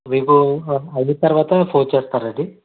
రేపు ఐదు తర్వాత ఫోన్ చేస్తారాండి